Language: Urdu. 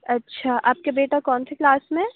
اچھا آپ کے بیٹا کون سی کلاس میں